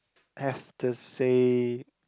have to say